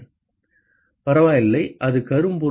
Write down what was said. மாணவர் பரவாயில்லை அது கரும்பொருள்